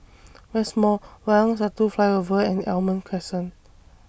West Mall Wayang Satu Flyover and Almond Crescent